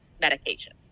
medication